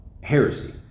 Heresy